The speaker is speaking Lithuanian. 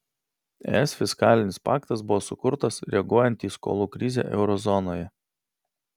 es fiskalinis paktas buvo sukurtas reaguojant į skolų krizę euro zonoje